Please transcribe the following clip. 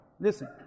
Listen